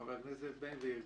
חבר הכנסת בן גביר,